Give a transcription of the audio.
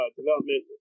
development